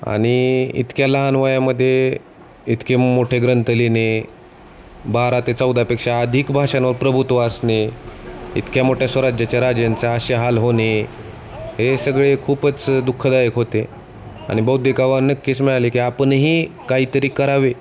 आणि इतक्या लहान वयामध्ये इतके मोठे ग्रंथ लिहिणे बारा ते चौदापेक्षा अधिक भाषांवर प्रभुत्व असणे इतक्या मोठ्या स्वराज्याच्या राजांचा असे हाल होणे हे सगळे खूपच दुःखदायक होते आणि बौद्धिक आव्हान हेच मिळाले की आपणही काहीतरी करावे